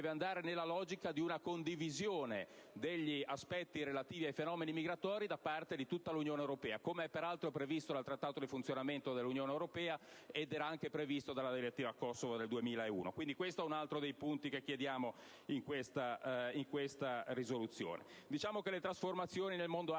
deve andare nella logica di una condivisione degli aspetti relativi ai fenomeni migratori da parte di tutta l'Unione europea, com'è peraltro previsto dal Trattato dell'Unione europea e come era previsto dalla direttiva Kosovo del 2001. Questo è un altro dei punti che chiediamo in questa risoluzione. Le trasformazioni nel mondo arabo sono